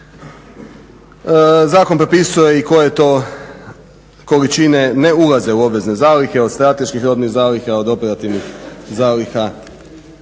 Zakon propisuje i koje to količine ne ulaze u obvezne zalihe, od strateških robnih zaliha, od operativnih zaliha